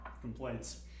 complaints